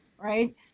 right